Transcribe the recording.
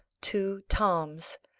two toms,